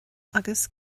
agus